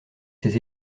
ses